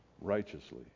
righteously